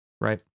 right